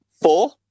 four